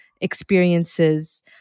experiences